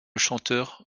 chanteur